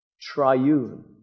triune